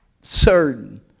certain